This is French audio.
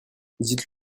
dites